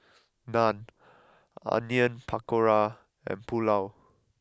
Naan Onion Pakora and Pulao